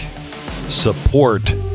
Support